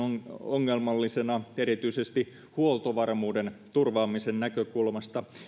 ongelmallisena erityisesti huoltovarmuuden turvaamisen näkökulmasta